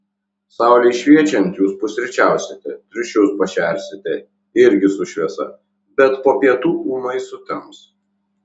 saulei šviečiant jūs papusryčiausite triušius pašersite irgi su šviesa bet po pietų ūmai sutems